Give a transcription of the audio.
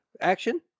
action